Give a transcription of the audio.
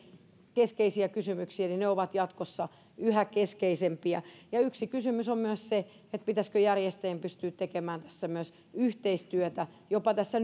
keskeisiä kysymyksiä ja ne ovat jatkossa yhä keskeisempiä yksi kysymys on myös se pitäisikö järjestäjien pystyä tekemään tässä myös yhteistyötä jopa tässä